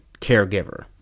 caregiver